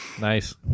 Nice